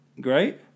great